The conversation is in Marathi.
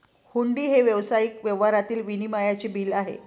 हुंडी हे व्यावसायिक व्यवहारातील विनिमयाचे बिल आहे